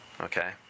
okay